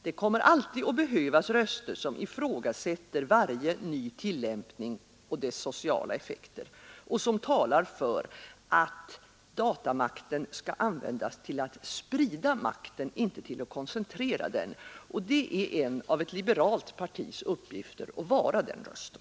Det kommer alltid att behövas röster som ifrågasätter varje ny tillämpning och dess sociala effekter och som talar för att datamakten skall användas till att sprida makten, inte till att koncentrera den. Det är en av ett liberalt partis uppgifter att vara den rösten.